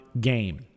game